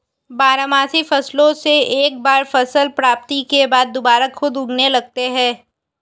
बारहमासी फसलों से एक बार फसल प्राप्ति के बाद दुबारा खुद उगने लगते हैं